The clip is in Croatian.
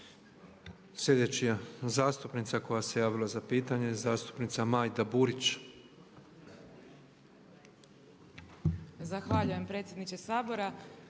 Sljedeća zastupnica koja se javila za pitanje je zastupnica Majda Burić. **Burić, Majda (HDZ)** Zahvaljujem predsjedniče Sabora.